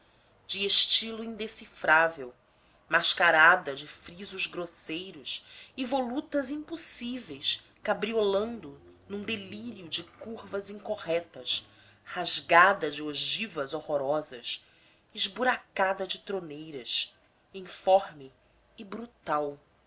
de estilo indecifrável mascarada de frisos grosseiros e volutas impossíveis cabriolando num delírio de curvas incorretas rasgada de ogivas horrorosas esburacada de troneiras informe e brutal